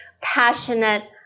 passionate